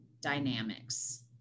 dynamics